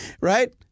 right